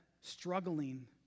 struggling